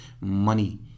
money